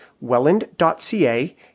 welland.ca